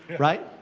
right.